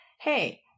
Hey